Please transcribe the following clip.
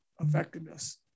effectiveness